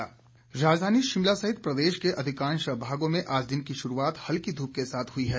मौसम राजधानी शिमला सहित प्रदेश के अधिकांश भागों में आज दिन की शुरूआत धूप के साथ हुई है